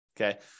okay